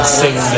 sing